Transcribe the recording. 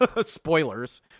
Spoilers